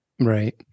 Right